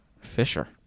Fisher